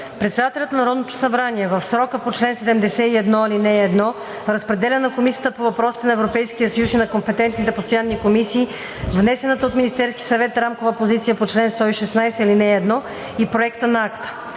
Председателят на Народното събрание в срока по чл. 71, ал. 1 разпределя на Комисията по въпросите на Европейския съюз и на компетентните постоянни комисии внесената от Министерския съвет рамкова позиция по чл. 116, ал. 1 и проекта на акта.